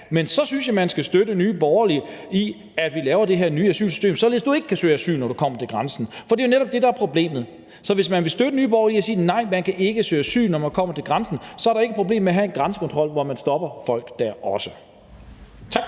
Ja, så synes jeg man skal støtte Nye Borgerlige i, at vi laver det her nye asylsystem, således at du ikke kan søge asyl, når du kommer til grænsen, for det er jo netop det, der er problemet. Så hvis man støtter Nye Borgerlige og siger, at nej, man kan ikke søge asyl, når man kommer til grænsen, så er der ikke noget problem med at have en grænsekontrol, hvor man også stopper folk der. Tak.